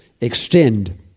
extend